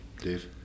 Dave